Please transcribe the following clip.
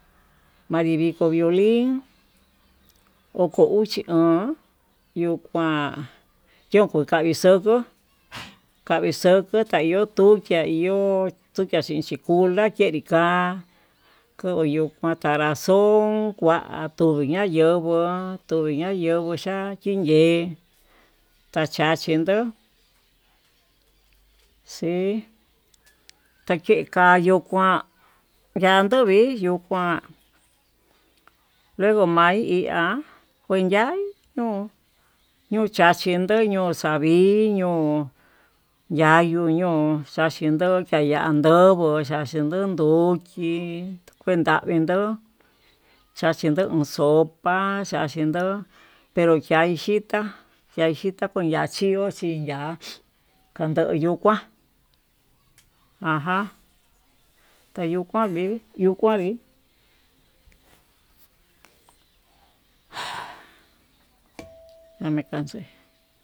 Manri viko violin oko uxi o'on yuu kuan chio kukavi xoko, kavixoko ta iho xukia iho tukia chinxi kula kenri ka'a kovu yuu lanraxon, kua tuu nayenguo tuñayeguo xa'a tinye'e tachachindo xii takekayu kuan yando vii kuan luego ma'í ihá kue ya'í nu nuu chachindo ño'o xaviño yayuu ño'o chaxhindo naya'a ndoguó oxachindo nduchí kuen davido xachindo iin sopa, ha chachinyo pero ahi xhitá xhachita kon yachio xin ya'á kandoyu kuan ajan tayuu kuan hi yukuan hi jan ya me canse.